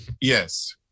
yes